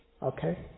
Okay